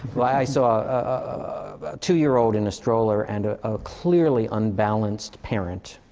i saw a two-year-old in a stroller, and ah a clearly unbalanced parent,